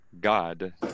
God